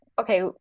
okay